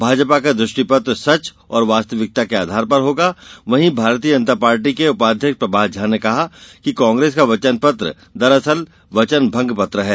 भाजपा का दृष्टिपत्र सच और वास्तविकता के आधार पर होगा वहीं भारतीय जनता पार्टी के उपाध्यक्ष प्रभात झा ने कहा कि कांग्रेस का वचनपत्र दरअसल वचनभंग पत्र है